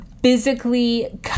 physically